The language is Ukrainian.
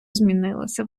змінилася